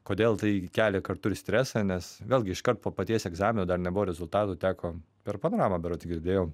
kodėl tai kelia kartu ir stresą nes vėlgi iškart po paties egzamino dar nebuvo rezultatų teko per panoramą berods girdėjau